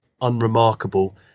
unremarkable